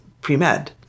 pre-med